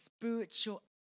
spiritual